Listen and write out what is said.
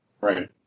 Right